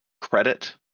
Credit